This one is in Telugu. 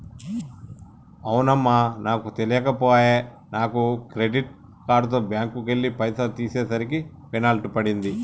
అవునమ్మా నాకు తెలియక పోయే నాను క్రెడిట్ కార్డుతో బ్యాంకుకెళ్లి పైసలు తీసేసరికి పెనాల్టీ పడింది